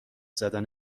زدن